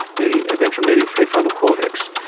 the ventral medial prefrontal cortex.